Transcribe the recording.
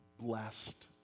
blessed